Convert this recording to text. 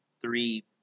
three